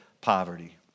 poverty